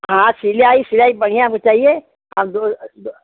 हाँ सिलाई सिलाई बढ़िया हो चाइए आ दो दो